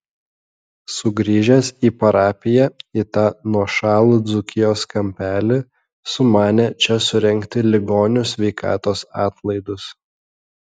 sugrįžęs į parapiją į tą nuošalų dzūkijos kampelį sumanė čia surengti ligonių sveikatos atlaidus